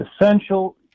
essential